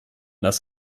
das